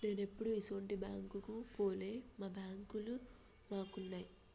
నేనెప్పుడూ ఇసుంటి బాంకుకు పోలే, మా బాంకులు మాకున్నయ్